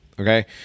Okay